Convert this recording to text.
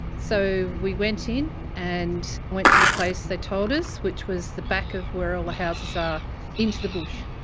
so we went in and went to the place they told us which was the back of where all the ah houses are into the bush,